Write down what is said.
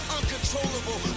uncontrollable